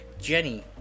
Jenny